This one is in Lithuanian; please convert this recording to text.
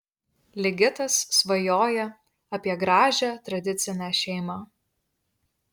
ligitas svajoja apie gražią tradicinę šeimą